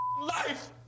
life